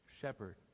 shepherd